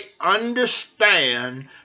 understand